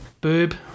boob